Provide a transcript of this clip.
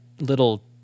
little